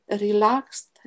relaxed